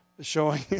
showing